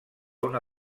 una